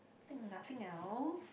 think nothing else